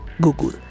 Google